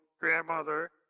grandmother